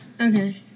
Okay